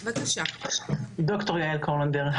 ד"ר יהל קורלנדר.